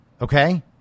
okay